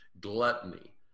gluttony